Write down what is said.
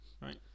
Right